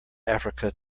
africa